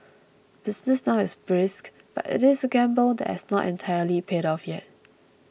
business now is brisk but it is a gamble that has not entirely paid off yet